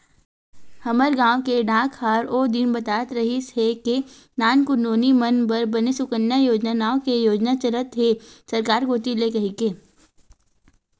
हमर गांव के डाकहार ओ दिन बतात रिहिस हे के नानकुन नोनी मन बर बने सुकन्या योजना नांव ले योजना चलत हे सरकार कोती ले कहिके